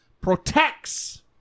protects